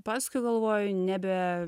paskui galvoju nebe